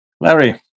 Larry